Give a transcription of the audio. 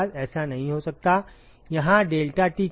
यहाँ deltaT क्या है